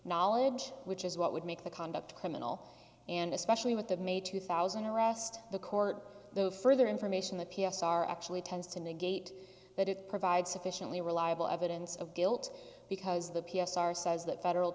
knowledge which is what would make the conduct criminal and especially with the may two thousand arrest the court the further information the p s r actually tends to negate that it provides sufficiently reliable evidence of guilt because the p s r says that federal